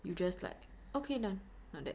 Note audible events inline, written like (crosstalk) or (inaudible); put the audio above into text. (breath)